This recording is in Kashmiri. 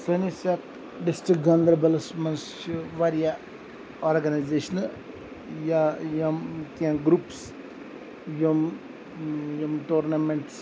سٲنِس یَتھ ڈِسٹرک گاندَربَلَس مَنٛز چھِ واریاہ آرگنَیزیشنہٕ یا یِم کینٛہہ گروٚپٕس یِم یِم ٹورنَمنٹٕس